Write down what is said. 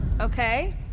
Okay